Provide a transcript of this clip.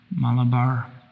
Malabar